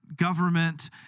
government